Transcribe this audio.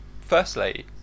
firstly